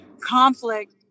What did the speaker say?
conflict